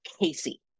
casey